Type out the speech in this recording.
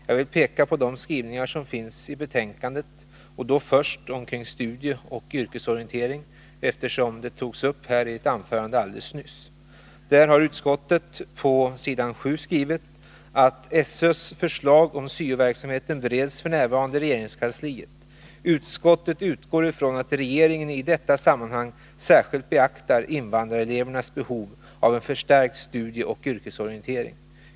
Jag vill peka på de skrivningar som finns i betänkandet — först beträffande studieoch yrkesorientering, eftersom den saken togs upp i ett anförande alldeles nyss. Utskottet har på s. 7 skrivit: ”SÖ:s förslag om syo-verksamheten bereds f. n. inom regeringskansliet. Utskottet utgår från att regeringen i detta sammanhang särskilt beaktar invandrarelevernas behov av en förstärkt studieoch yrkesorientering.